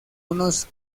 unos